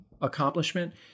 accomplishment